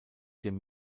dem